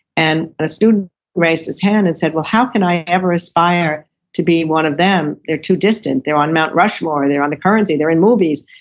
and a student raised his hand, and said well how can i ever aspire to be one of them, they're too distant, they're on mount rushmore, they're on the currency, they're in movies.